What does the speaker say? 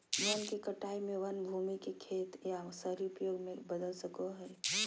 वन के कटाई में वन भूमि के खेत या शहरी उपयोग में बदल सको हइ